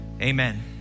Amen